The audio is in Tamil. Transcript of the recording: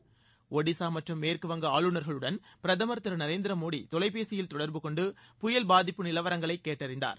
புயல் பாதித்த ஒடிசா மற்றும் மேற்கு வங்க ஆளுநர்களுடன் பிரதமர் நரேந்திர மோடி தொலைபேசியில் தொடர்பு கொண்டு புயல்பாதிப்பு நிலவரங்களை கேட்டறிந்தார்